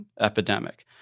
epidemic